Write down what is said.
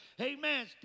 Amen